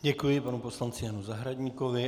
Děkuji panu poslanci Janu Zahradníkovi.